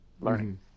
learning